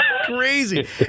crazy